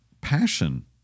passion